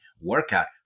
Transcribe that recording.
workout